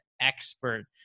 expert